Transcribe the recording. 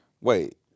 Wait